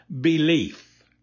belief